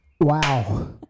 Wow